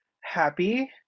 happy